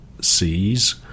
sees